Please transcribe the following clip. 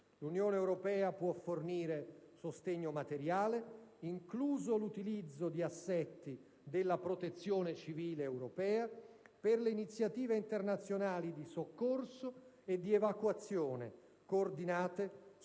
L'Unione europea può fornire sostegno materiale, incluso l'utilizzo di assetti della protezione civile europea, per le iniziative internazionali di soccorso e di evacuazione coordinate sotto l'egida